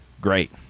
great